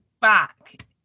back